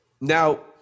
Now